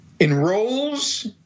enrolls